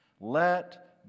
Let